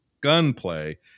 gunplay